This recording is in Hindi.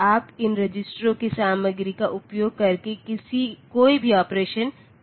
आप इन रजिस्टरों की सामग्री का उपयोग करके कोई भी ऑपरेशन कर सकते हैं